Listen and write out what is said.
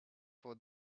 for